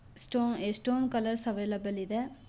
ಸ್ಟೋ ಎಷ್ಟೊಂದು colours available ಇದೆ